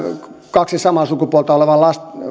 kaksi samaa sukupuolta olevaa